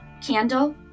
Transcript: candle